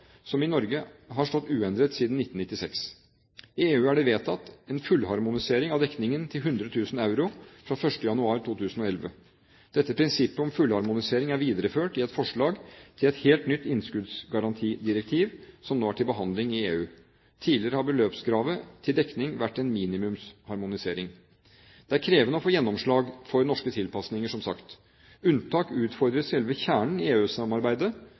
som i Norge har stått uendret siden 1996. I EU er det vedtatt en fullharmonisering av dekningen til 100 000 euro fra 1. januar 2011. Dette prinsippet om fullharmonisering er videreført i et forslag til et helt nytt innskuddsgarantidirektiv, som nå er til behandling i EU. Tidligere har beløpskravet til dekning vært en minimumsharmonisering. Det er krevende å få gjennomslag for norske tilpasninger, som sagt. Unntak utfordrer selve kjernen i